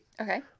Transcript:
Okay